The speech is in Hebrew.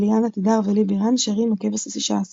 "אליאנה תדהר ולי בירן שרים הכבש השישה עשר",